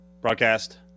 Broadcast